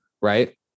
right